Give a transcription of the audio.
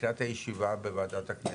לקראת ישיבה בוועדת הכנסת.